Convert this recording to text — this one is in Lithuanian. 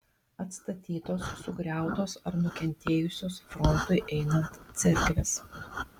atstatytos sugriautos ar nukentėjusios frontui einant cerkvės